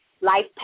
life